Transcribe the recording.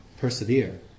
persevere